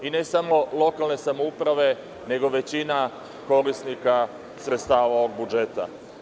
Ne samo lokalne samouprave, nego većina korisnika sredstava ovog budžeta.